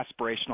Aspirational